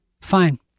Fine